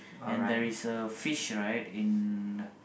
and there is a fish right in